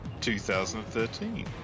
2013